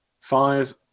Five